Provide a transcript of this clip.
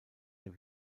der